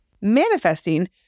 Manifesting